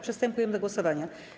Przystępujemy do głosowania.